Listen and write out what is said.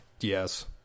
Yes